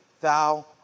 thou